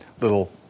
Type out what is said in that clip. little